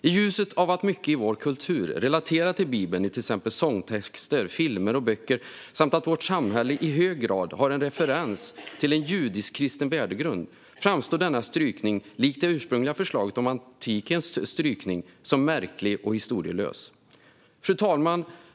I ljuset av att mycket i vår kultur relaterar till Bibeln - i till exempel sångtexter, filmer och böcker - samt att vårt samhälle i hög grad har referenser till en judisk-kristen värdegrund framstår denna strykning, likt det ursprungliga förslaget om strykning av antiken, som märklig och historielös. Fru talman!